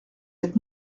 êtes